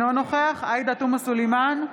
אינו נוכח עאידה תומא סלימאן,